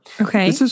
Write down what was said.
Okay